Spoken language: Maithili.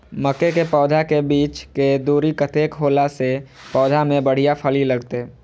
मके के पौधा के बीच के दूरी कतेक होला से पौधा में बढ़िया फली लगते?